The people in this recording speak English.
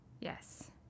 yes